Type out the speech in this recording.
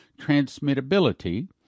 transmittability